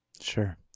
Sure